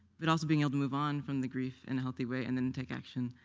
but also being able to move on from the grief in a healthy way and then take action,